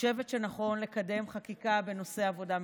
חושבת שנכון לקדם חקיקה בנושא העבודה מרחוק.